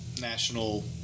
National